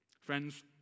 Friends